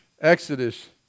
Exodus